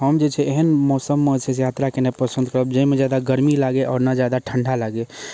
हम जे छै एहन मौसममे जे छै से यात्रा केनाइ पसन्द करब जाहिमे जादा गर्मी लागै आओर ने जादा ठण्डा लागै